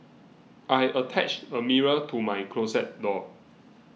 I attached a mirror to my closet door